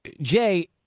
Jay